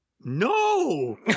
no